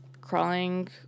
crawling